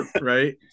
Right